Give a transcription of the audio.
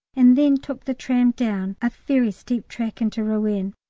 and then took the tram down a very steep track into rouen.